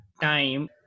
time